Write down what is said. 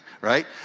right